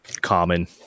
common